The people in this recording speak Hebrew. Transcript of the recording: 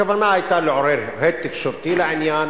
הכוונה היתה לעורר הד תקשורתי לעניין,